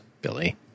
billy